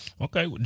Okay